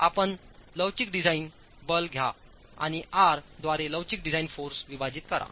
तर आपण लवचिक डिझाइन बल घ्या आणि आर द्वारे लवचिक डिझाइन फोर्स विभाजित करा